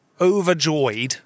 overjoyed